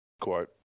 quote